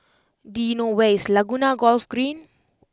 do you know where is Laguna Golf Green